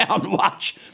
watch